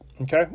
Okay